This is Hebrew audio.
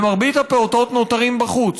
מרבית הפעוטות נותרים בחוץ.